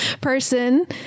person